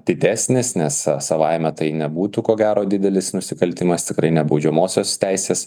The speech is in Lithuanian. didesnis nes savaime tai nebūtų ko gero didelis nusikaltimas tikrai ne baudžiamosios teisės